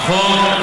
מתוכן.